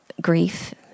grief